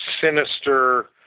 sinister